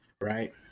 right